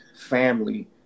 family